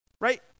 Right